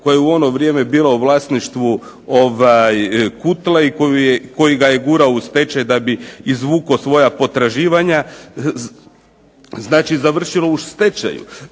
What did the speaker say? koja je u ono vrijeme bila u vlasništvu Kutle i koji ga je gurao u stečaj da bi izvukao svoja potraživanja, znači završilo u stečaju.